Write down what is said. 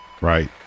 Right